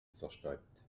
zerstäubt